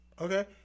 Okay